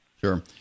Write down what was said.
Sure